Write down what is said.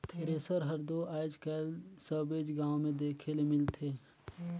thresher हर दो आएज काएल सबेच गाँव मे देखे ले मिलथे